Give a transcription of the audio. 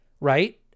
right